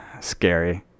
scary